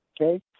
Okay